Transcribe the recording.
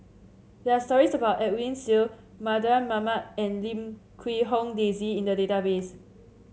there are stories about Edwin Siew Mardan Mamat and Lim Quee Hong Daisy in the database